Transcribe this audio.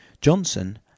Johnson